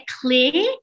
clear